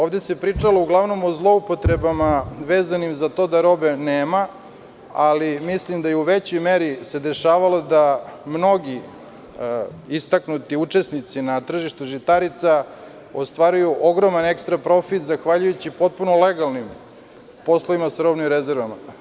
Ovde se pričalo uglavnom o zloupotrebama vezanim za to da robe nema, ali mislim da se u većoj meri dešavalo da mnogi istaknuti učesnici na tržištu žitarica ostvaruju ogroman ekstra profit zahvaljujući potpuno legalnim poslovima sa robnim rezervama.